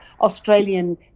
Australian